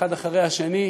אחד אחרי השני,